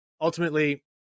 ultimately